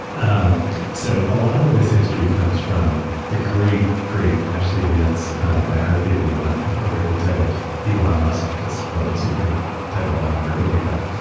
um so a lot of this history comes from the great, great ashlee vance's ah biography of elon appropriately titled, elon musk, because what else are you going to title a biography like that.